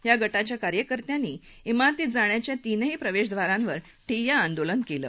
या गटाच्या कार्यकर्त्यानी विारतीत जाण्याच्या तीन प्रवेश द्वारांवर ठिय्या आंदोलन केलं